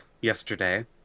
yesterday